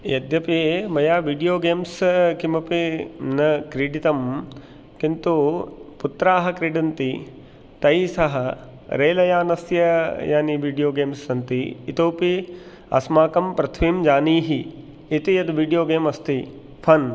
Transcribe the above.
यद्यपि मया video games किमपि न क्रीडितं किन्तु पुत्राः क्रीडन्ति तैस्सह रेलयानस्य यानि वीड्यो गेम्स् सन्ति इतोऽपि अस्माकं पृथ्विं जानीहि इति यद् वीड्यो गेम्स् अस्ति फ़न्